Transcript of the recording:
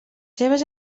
seves